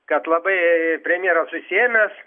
kad labai premjeras užsiėmęs